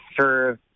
serve